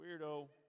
weirdo